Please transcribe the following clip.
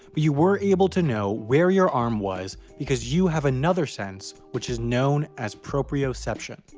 but you were able to know where your arm was because you have another sense which is known as proprioception.